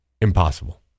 Impossible